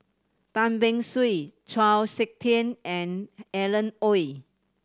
Tan Beng Swee Chau Sik Ting and Alan Oei